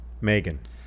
Megan